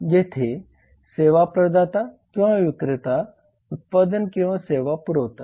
जेथे सेवा प्रदाता किंवा विक्रेता उत्पादन किंवा सेवा पुरवतात